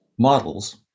models